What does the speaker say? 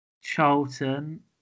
Charlton